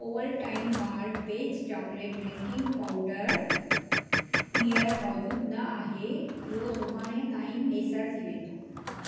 Ovaltine malt based chocolate drinking powder हींअर मौजूद न आहे इहो सुभाणे ताईं मैसर थी वेंदो